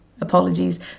Apologies